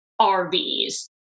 RVs